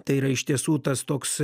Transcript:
tai yra iš tiesų tas toks